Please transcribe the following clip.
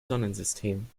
sonnensystem